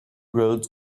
roads